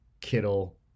Kittle